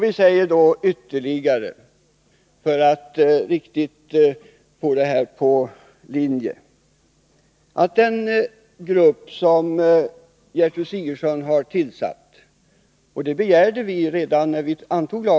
Vi begärde då från socialutskottets sida att en uppföljningsgrupp skulle tillsättas och att den skulle arbeta skyndsamt.